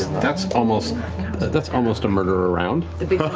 that's almost that's almost a murder a round.